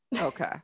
Okay